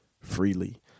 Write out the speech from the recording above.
freely